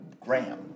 Graham